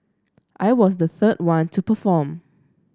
I was the third one to perform